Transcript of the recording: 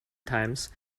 times